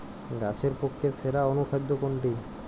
গাছের পক্ষে সেরা অনুখাদ্য কোনটি?